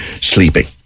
sleeping